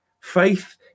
Faith